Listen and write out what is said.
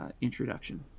introduction